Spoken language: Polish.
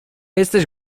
jesteś